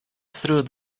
through